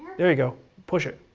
there you go, push it,